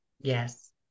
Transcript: yes